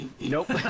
Nope